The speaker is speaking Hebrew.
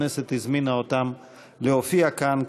הכנסת הזמינה אותם להופיע כאן,